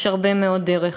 יש הרבה מאוד דרך.